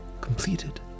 completed